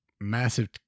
massive